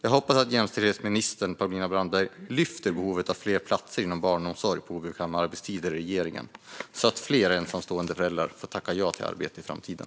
Jag hoppas att jämställdhetsminister Paulina Brandberg i regeringen lyfter behovet av fler platser inom barnomsorg på obekväm arbetstid så att fler ensamstående föräldrar får tacka ja till arbete i framtiden.